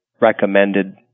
recommended